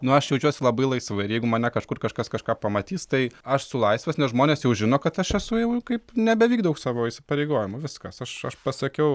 nu aš jaučiuosi labai laisvai ir jeigu mane kažkur kažkas kažką pamatys tai aš esu laisvas nes žmonės jau žino kad aš esu jau kaip nebevykdau savo įsipareigojimų viskas aš aš pasakiau